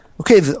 Okay